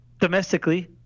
domestically